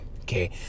Okay